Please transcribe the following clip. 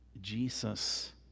Jesus